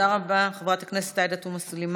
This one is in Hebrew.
תודה רבה, חברת הכנסת עאידה תומא סלימאן.